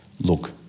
look